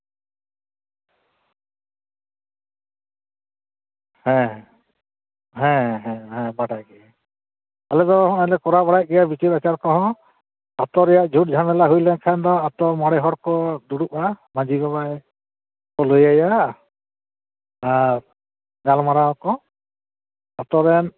ᱦᱮᱸ ᱦᱮᱸ ᱦᱮᱸ ᱦᱮᱸ ᱵᱟᱰᱟᱭ ᱜᱤᱭᱟᱹᱧ ᱟᱞᱮ ᱫᱚ ᱱᱚᱜᱼᱚᱭ ᱞᱮ ᱠᱚᱨᱟᱣ ᱵᱟᱲᱟᱭᱮᱫ ᱜᱮᱭᱟ ᱵᱤᱪᱟᱹᱨ ᱟᱪᱟᱨ ᱠᱚᱦᱚᱸ ᱟᱹᱛᱩ ᱨᱮᱭᱟᱜ ᱡᱷᱩᱴ ᱡᱷᱟᱢᱮᱞᱟ ᱦᱩᱭ ᱞᱮᱱᱠᱷᱟᱱ ᱫᱚ ᱟᱹᱛᱩ ᱢᱚᱬᱮ ᱦᱚᱲ ᱠᱚ ᱫᱩᱲᱩᱵᱼᱟ ᱢᱟᱺᱡᱷᱤ ᱵᱟᱵᱟ ᱠᱚ ᱞᱟᱹᱭᱟᱭᱟ ᱟᱨ ᱜᱟᱞᱢᱟᱨᱟᱣᱟᱠᱚ ᱟᱹᱛᱩᱨᱮᱱ